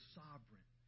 sovereign